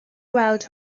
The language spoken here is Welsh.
gweld